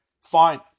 Fine